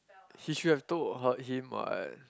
he should have told her him what